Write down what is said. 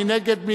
מי נגד?